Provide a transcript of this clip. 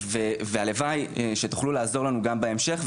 והלוואי שתוכלו לעזור לנו גם בהמשך,